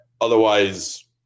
otherwise